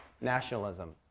nationalism